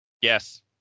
Yes